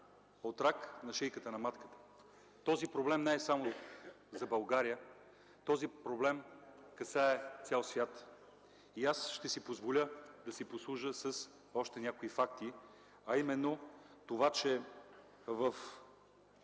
от рак на шийката на матката. Този проблем не е само за България, той касае цял свят. Ще си позволя да си послужа с още някои факти, а именно – на всеки